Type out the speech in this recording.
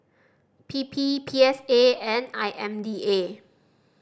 P P P S A and I M D A